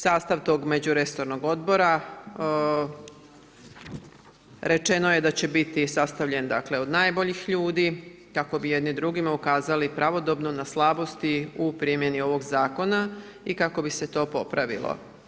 Sastav tog međuresornog odbora rečeno je da će biti sastavljen dakle od najboljih ljudi kako bi jedni drugima ukazali pravodobno na slabosti u primjeni ovog zakona, i kako bi se to popravilo.